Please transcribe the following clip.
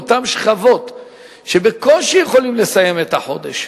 ואותן שכבות שבקושי יכולות לסיים את החודש,